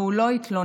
והוא לא התלונן,